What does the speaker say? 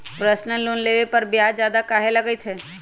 Personal loan लेबे पर ब्याज ज्यादा काहे लागईत है?